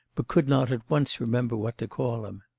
but could not at once remember what to call him.